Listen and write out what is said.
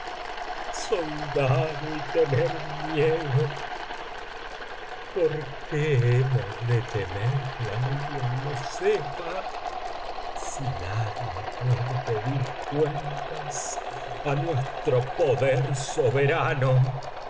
soldado y tener miedo por qué hemos de temer que alguien lo sepa si nadie puede pedir cuentas á nuestro poder soberano